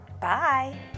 Bye